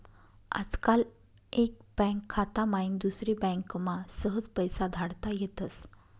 आजकाल एक बँक खाता माईन दुसरी बँकमा सहज पैसा धाडता येतस